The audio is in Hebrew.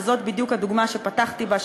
וזאת בדיוק הדוגמה שפתחתי בה,